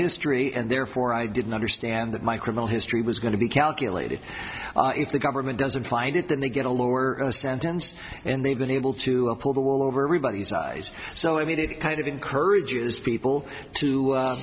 history and therefore i didn't understand that my criminal history was going to be calculated if the government doesn't fly did then they get a lower sentence and they've been able to pull the wool over everybody's eyes so i made it kind of encourages people to